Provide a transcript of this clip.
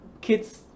kids